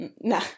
No